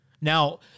Now